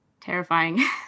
terrifying